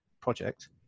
project